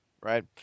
right